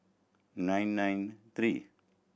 nine nine three